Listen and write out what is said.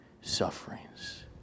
sufferings